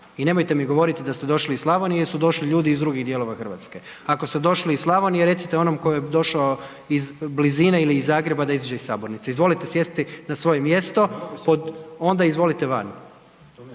i nemojte mi govoriti da ste došli iz Slavonije jer su došli ljudi i iz drugih dijelova RH. Ako ste došli iz Slavonije recite onom ko je došao iz blizine ili iz Zagreba da iziđe iz sabornice. Izvolite sjesti na svoje mjesto pod …/Upadica iz